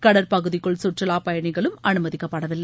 கடற்பகுதிக்குள் சுற்றுலாப் பயணிகளும் அனுமதிக்கப்படவில்லை